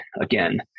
again